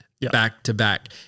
Back-to-back